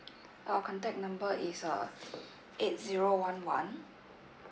uh contact number is uh eight zero one one